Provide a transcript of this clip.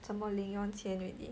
什么零用钱 already